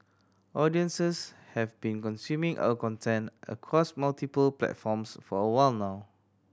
audiences have been consuming our content across multiple platforms for a while now